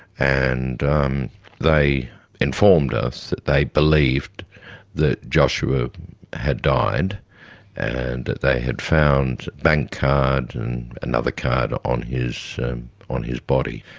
and um they informed us that they believed that joshua had died and they had found bankcard and another card on his on his body.